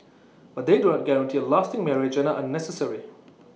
but they do not guarantee A lasting marriage and are unnecessary